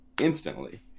instantly